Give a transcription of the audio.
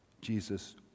Jesus